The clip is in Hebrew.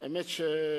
האמת היא